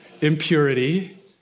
impurity